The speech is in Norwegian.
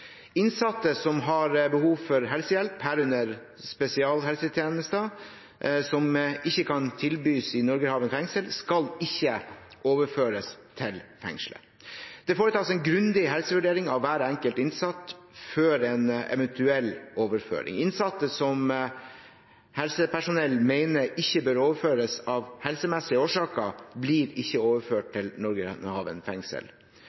Innsatte som har behov for helsehjelp, herunder spesialhelsetjenester som ikke kan tilbys i Norgerhaven fengsel, skal ikke overføres til det fengslet. Det foretas en grundig helsevurdering av hver enkelt innsatt før en eventuell overføring. Innsatte som helsepersonell mener ikke bør overføres av helsemessige årsaker, blir ikke overført til Norgerhaven fengsel.